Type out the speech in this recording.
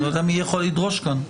לא יודע מי יכול לדרוש כאן.